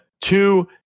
two